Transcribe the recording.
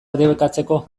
debekatzeko